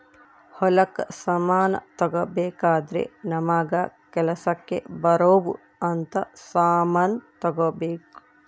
ಹೊಲಕ್ ಸಮಾನ ತಗೊಬೆಕಾದ್ರೆ ನಮಗ ಕೆಲಸಕ್ ಬರೊವ್ ಅಂತ ಸಮಾನ್ ತೆಗೊಬೆಕು